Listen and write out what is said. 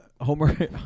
Homer